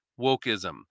wokeism